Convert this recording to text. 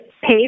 pay